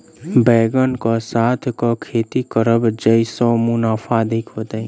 बैंगन कऽ साथ केँ खेती करब जयसँ मुनाफा अधिक हेतइ?